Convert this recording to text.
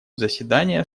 заседание